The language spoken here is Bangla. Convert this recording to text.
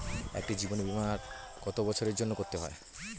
একটি জীবন বীমা কত বছরের জন্য করতে হয়?